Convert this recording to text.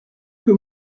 que